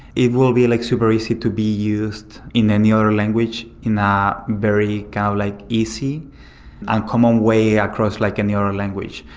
it will be like super easy to be used in any other language in a very kind of like easy and common way across like any other language.